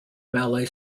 malay